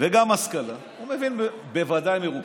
וגם השכלה, הוא מבין בוודאי יותר מרובכם.